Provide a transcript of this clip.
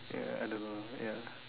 ya I don't know ya